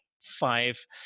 five